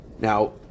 Now